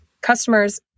Customers